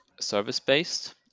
service-based